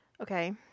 okay